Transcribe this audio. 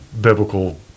biblical